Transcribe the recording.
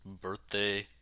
birthday